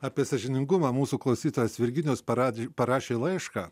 apie sąžiningumą mūsų klausytojas virginijus paradui parašė laišką